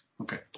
okay